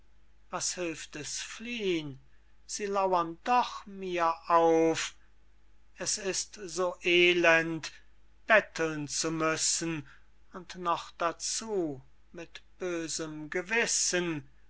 was hilft es fliehn sie lauern doch mir auf es ist so elend betteln zu müssen und noch dazu mit bösem gewissen